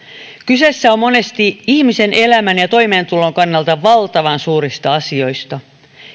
kyse on monesti ihmisen elämän ja toimeentulon kannalta valtavan suurista asioista